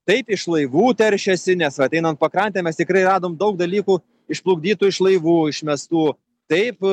taip iš laivų teršiasi nes vat einant pakrante mes tikrai radom daug dalykų išplukdytų iš laivų išmestų taip